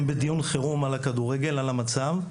הם בדיון חירום על הכדורגל ועל המצב,